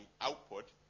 output